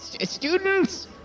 students